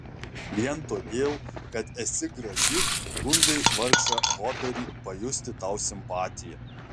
vien todėl kad esi graži gundai vargšą hoperį pajusti tau simpatiją